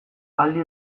aldi